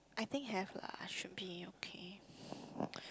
I think have lah should be okay